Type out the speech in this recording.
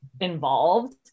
involved